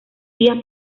vía